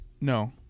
No